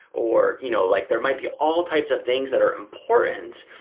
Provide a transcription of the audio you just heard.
or you know like there might be all types of things that are important.